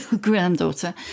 Granddaughter